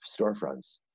storefronts